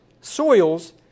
soils